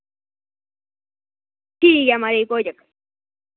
ठीक ऐ माराज कोई चक्कर